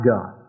God